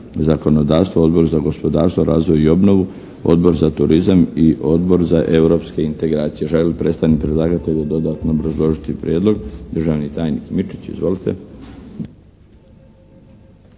zakonodavstvo, Odbor za gospodarstvo, razvoj i obnovu, Odbor za turizam i Odbor za Europske integracije. Želi li predstavnik predlagatelja dodatno obrazložiti prijedlog? Državni tajnik Mičić. Izvolite!